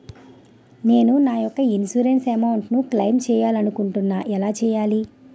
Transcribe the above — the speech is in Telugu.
నేను నా యెక్క ఇన్సురెన్స్ అమౌంట్ ను క్లైమ్ చేయాలనుకుంటున్నా ఎలా చేయాలి?